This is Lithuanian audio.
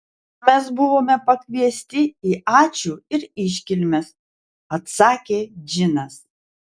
mes buvome pakviesti į ačiū ir iškilmes atsakė džinas